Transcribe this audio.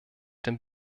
dem